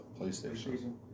PlayStation